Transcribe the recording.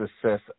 success